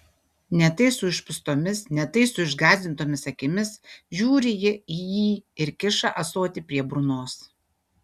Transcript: ne tai su išpūstomis ne tai su išgąsdintomis akimis žiūri ji į jį ir kiša ąsotį prie burnos